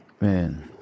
Man